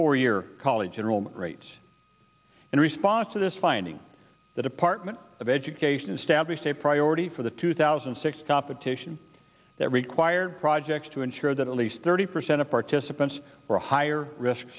four year college enrollment rates in response to this finding the department of education established a priority for the two thousand and six top of titian that required projects to ensure that at least thirty percent of participants were higher risk